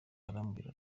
arambwira